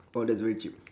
!wow! that's very cheap